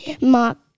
Mark